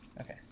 Okay